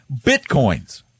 bitcoins